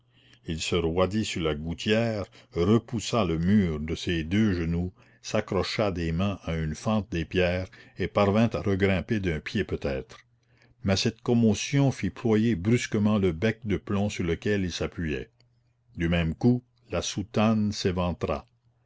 il se roidit sur la gouttière repoussa le mur de ses deux genoux s'accrocha des mains à une fente des pierres et parvint à regrimper d'un pied peut-être mais cette commotion fit ployer brusquement le bec de plomb sur lequel il s'appuyait du même coup la soutane